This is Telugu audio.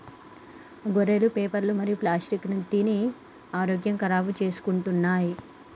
గొర్రెలు పేపరు మరియు ప్లాస్టిక్ తిని ఆరోగ్యం ఖరాబ్ చేసుకుంటున్నయ్